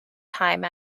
time